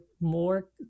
more